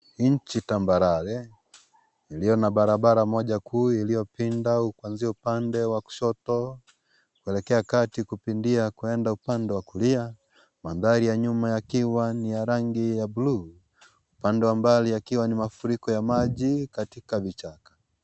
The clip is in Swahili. Nchi tambarare. Iliyo na barabara moja kuu iliyopinda kwanzia upande wa kushoto kuelekea kati kupindia kwenda upande wa kulia. Mandhari ya nyuma yakiwa ni ya rangi ya bluu. Upande wa mbali yakiwa ni mafuriko ya maji katika vichaka.